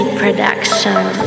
production